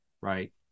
right